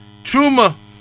Truma